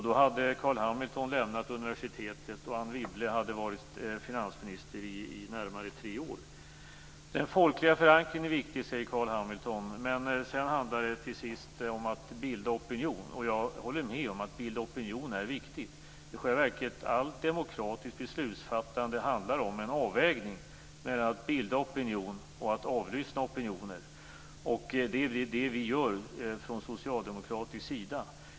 Då hade Carl Hamilton lämnat universitetet, och Anne Wibble hade varit finansminister i närmare tre år. Den folkliga förankringen är viktig, säger Carl Hamilton, men till sist handlar det om att bilda opinion. Jag håller med om att det är viktigt att bilda opinion. I själva verket handlar allt demokratiskt beslutsfattande om en avvägning mellan att bilda opinion och att avlyssna opinioner. Det är vad vi på den socialdemokratiska sidan gör.